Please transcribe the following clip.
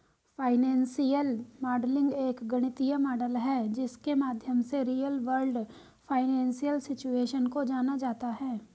financial modelling एक गणितीय model है जिसके माध्यम से रियल वर्ल्ड फाइनेंशियल सिचुएशन को जाना जाता है